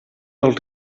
dels